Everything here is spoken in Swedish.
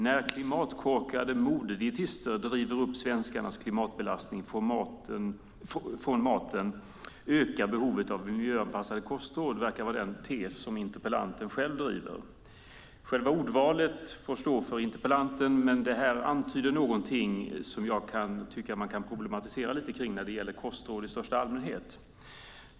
När klimatkorkade modedietister driver upp svenskarnas klimatbelastning från maten ökar behovet av miljöanpassade kostråd, verkar vara den tes som interpellanten själv driver. Själva ordvalet får stå för interpellanten, men det här antyder någonting som jag tycker att man kan problematisera lite kring när det gäller kostråd i största allmänhet.